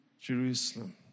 Jerusalem